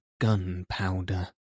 gunpowder